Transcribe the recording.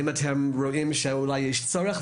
האם אתם רואים שאולי יש צורך?",